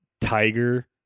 tiger